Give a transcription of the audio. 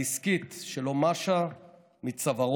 הדסקית, שלא משה מצווארו,